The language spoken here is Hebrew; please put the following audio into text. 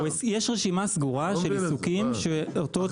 יש רשימה סגורה של עיסוקים שאותו תאגיד